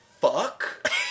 fuck